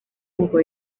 ngo